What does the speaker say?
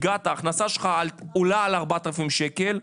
ההכנסה שלך עולה על 4,000 שקל,